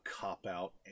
cop-out